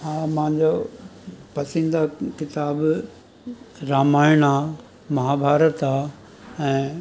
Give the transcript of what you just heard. हा मांजो पसंदीदा किताबु रामायण आहे महाभारत आहे ऐं